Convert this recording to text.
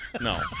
no